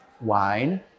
wine